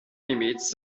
limits